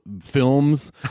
films